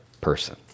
person